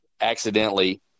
accidentally